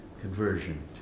conversion